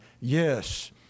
Yes